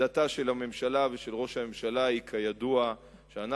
העמדה של הממשלה ושל ראש הממשלה היא כידוע שאנחנו